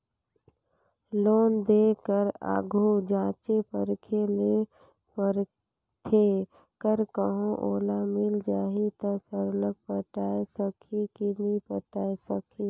loan देय कर आघु जांचे परखे ले परथे कर कहों ओला मिल जाही ता सरलग पटाए सकही कि नी पटाए सकही